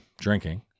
drinking